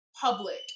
public